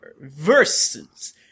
versus